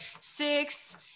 six